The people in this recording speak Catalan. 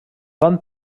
van